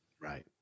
Right